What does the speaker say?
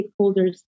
stakeholders